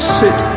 sit